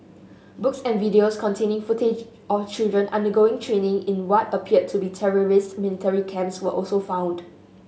books and videos containing footage of children undergoing training in what appeared to be terrorist military camps were also found